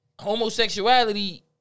Homosexuality